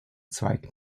zweig